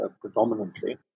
predominantly